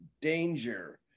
danger